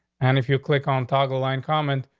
and if you click on taco line comment,